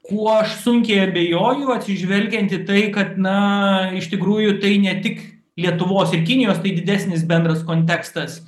kuo aš sunkiai abejoju atsižvelgiant į tai kad na iš tikrųjų tai ne tik lietuvos ir kinijos tai didesnis bendras kontekstas